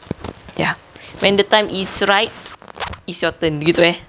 ya when the time is right is your turn gitu eh